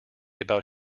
about